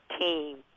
team